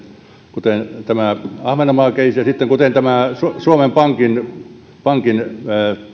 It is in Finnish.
kuten tämä ahvenanmaan keissi ja kuten tämä suomen pankin pankin